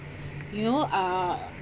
you know uh